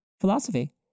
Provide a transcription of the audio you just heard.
philosophy